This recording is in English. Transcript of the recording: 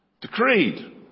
decreed